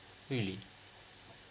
really